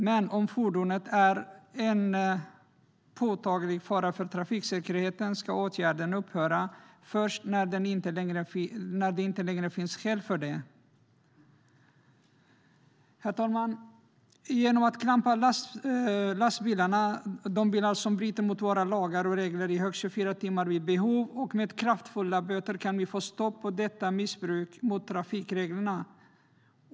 Men om fordonet är en påtaglig fara för trafiksäkerheten ska åtgärden upphöra först när det inte längre finns skäl för den. Herr talman! Genom att vid behov klampa lastbilar som bryter mot våra lagar och regler i högst 24 timmar och genom kraftfulla böter kan vi få stopp på detta missbruk mot trafikreglerna.